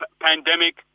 pandemic